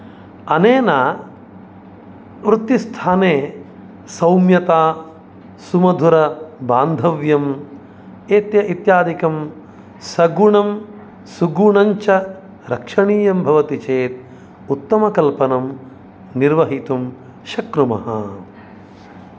अनेन वृत्तिस्थाने सौम्यता सुमधुरबान्धव्यम् एते इत्यादिकं सगुणं सुगुणं च रक्षणीयं भवति चेत् उत्तमकल्पनं निर्वहितुं शक्नुमः